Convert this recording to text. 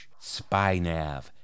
SpyNav